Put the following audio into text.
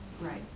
Right